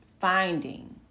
finding